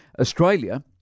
Australia